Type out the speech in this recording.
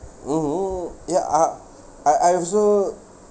mmhmm ya ah I I also